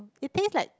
it tastes like